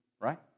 Right